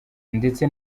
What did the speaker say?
ndetse